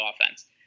offense